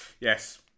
Yes